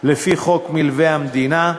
לפי חוק מלווה המדינה,